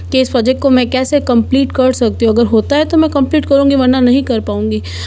के इस प्रॉजेक्ट को मैं कैसे कम्प्लीट कर सकती हूँ अगर होता है तो मैं कम्प्लीट करूँगी वरना नहीं कर पाऊँगी